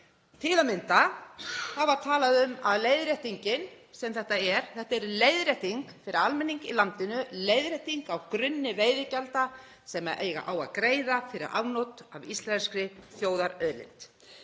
Til að mynda var talað um að leiðréttingin sem þetta er, leiðrétting fyrir almenning í landinu, leiðrétting á grunni veiðigjalda sem á að greiða fyrir afnot af íslenskri þjóðarauðlind